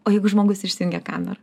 o jeigu žmogus išsijungia kamerą